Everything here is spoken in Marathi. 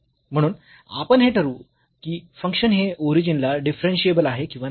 म्हणून आपण हे ठरवू की फंक्शन हे ओरिजिन ला डिफरन्शियेबल आहे किंवा नाही